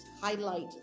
highlight